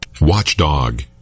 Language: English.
Watchdog